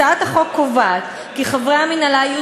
הצעת החוק קובעת כי חברי המינהלה יהיו